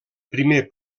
primer